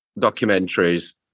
documentaries